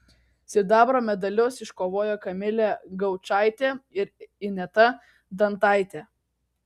sidabro medalius iškovojo kamilė gaučaitė ir ineta dantaitė